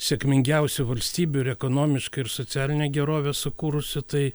sėkmingiausių valstybių ir ekonomiškai ir socialinę gerovę sukūrusių tai